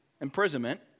imprisonment